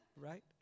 right